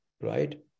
right